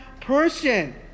person